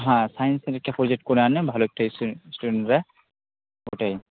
হ্যাঁ সায়েন্সের একটা প্রোজেক্ট করে আনলে ভালো একটু এসে স্টুডেন্টরা ওটাই